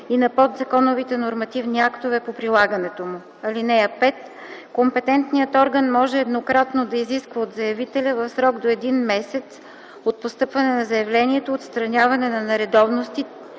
и на подзаконовите нормативни актове по прилагането му. (5) Компетентният орган може еднократно да изисква от заявителя в срок до един месец от постъпване на заявлението отстраняване на нередовности